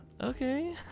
okay